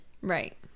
Right